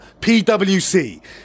PwC